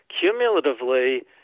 cumulatively